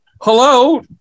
hello